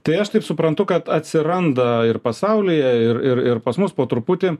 tai aš taip suprantu kad atsiranda ir pasaulyje ir ir ir pas mus po truputį